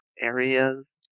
areas